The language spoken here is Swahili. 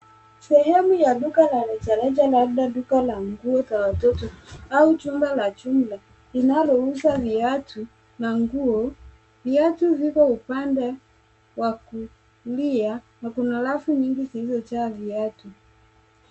Sehemu ya duka la reja reja labda duka la nguo za watoto au jumba la jumla linalouza viatu na nguo. Viatu vipo upande wa kulia na kuna rafu nyingi zilizojaa viatu.